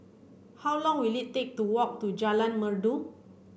how long will it take to walk to Jalan Merdu